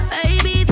Baby